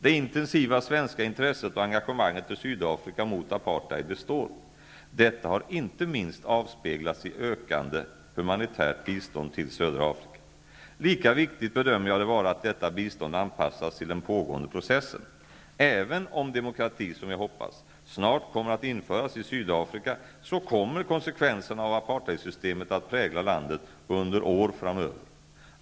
Det intensiva svenska intresset och engagemanget för Sydafrika och mot apartheid består. Detta har inte minst avspeglats i ökande humanitärt bistånd till södra Afrika. Lika viktigt bedömer jag det vara att detta bistånd anpassas till den pågående processen. Även om demokrati, som jag hoppas, snart kommer att införas i Sydafrika, så kommer konsekvenserna av apartheidsystemet att prägla landet under år framöver.